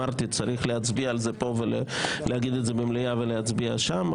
צריך להצביע על זה פה ולהגיד את זה במליאה ולהצביע שם.